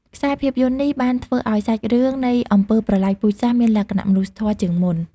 ខ្សែភាពយន្តនេះបានធ្វើឲ្យសាច់រឿងនៃអំពើប្រល័យពូជសាសន៍ មានលក្ខណៈមនុស្សធម៌ជាងមុន។